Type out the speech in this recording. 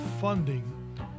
funding